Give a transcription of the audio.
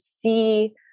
see